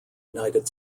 united